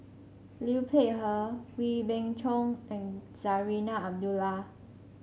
Liu Peihe Wee Beng Chong and Zarinah Abdullah